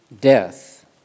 death